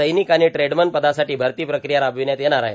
सैौनक आाण ट्रेडमन पदासाठां भरती प्रक्रिया रार्बावण्यात येणार आहे